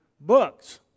books